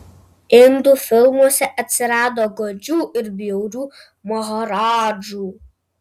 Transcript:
indų filmuose atsirado godžių ir bjaurių maharadžų